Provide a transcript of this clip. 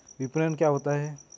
विपणन क्या होता है?